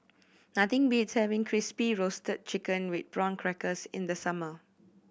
nothing beats having Crispy Roasted Chicken with Prawn Crackers in the summer